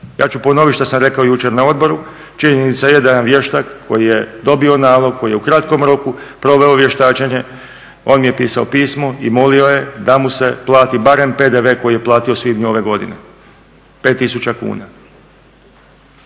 Ja ću ponoviti što sam rekao jučer na odboru. Činjenica je da jedan vještak koji je dobio nalog, koji je u kratkom roku proveo vještačenje on mi je pisao pismo i molio je da mu se plati barem PDV koji je platio u svibnju ove godine 5000 kuna.